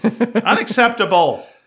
Unacceptable